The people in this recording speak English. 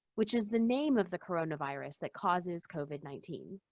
which is the name of the coronavirus that causes covid nineteen.